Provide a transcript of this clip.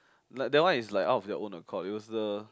like that one is like out of their own accord it was the